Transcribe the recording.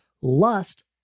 Lust